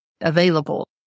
available